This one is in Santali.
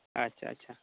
ᱟᱪᱪᱷᱟ ᱟᱪᱪᱷᱟ